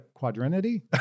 quadrinity